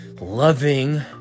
loving